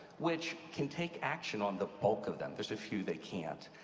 which can take action on the bulk of them. there's a few they can't.